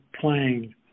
playing